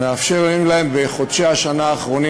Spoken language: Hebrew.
מאפשרים להם בחודשי השנה האחרונים